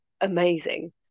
amazing